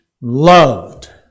loved